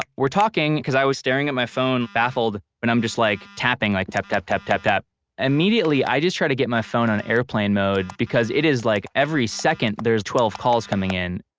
we're talking! cause i was staring at my phone baffled and i'm just like tapping like tap tap tap tap. immediately i just try to get my phone on airplane mode because it is like every second there's twelve calls coming in.